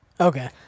Okay